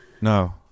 No